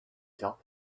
shop